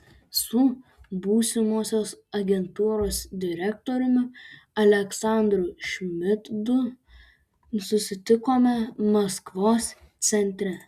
su būsimosios agentūros direktoriumi aleksandru šmidtu susitikome maskvos centre